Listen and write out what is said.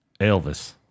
Elvis